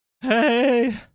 hey